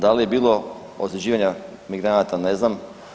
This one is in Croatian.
Da li je bilo ozljeđivanja migranata, ne znam.